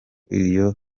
iyo